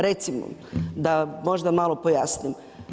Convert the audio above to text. Recimo da možda malo pojasnim.